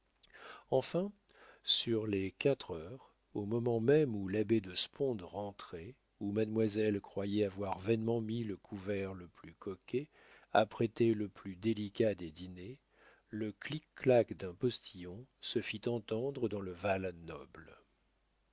enfin sur les quatre heures au moment même où l'abbé de sponde rentrait où mademoiselle croyait avoir vainement mis le couvert le plus coquet apprêté le plus délicat des dîners le clic clac d'un postillon se fit entendre dans le